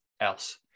else